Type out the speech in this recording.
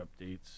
updates